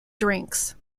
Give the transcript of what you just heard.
drinks